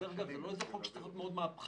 זה לא איזה חוק שצריך להיות מאוד מהפכני.